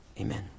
Amen